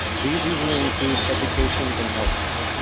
these usually include education and healthcare,